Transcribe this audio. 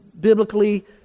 biblically